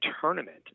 tournament